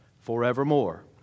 forevermore